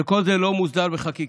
וכל זה לא מוסדר בחקיקה.